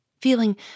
feeling